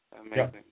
Amazing